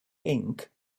ink